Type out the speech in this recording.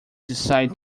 decide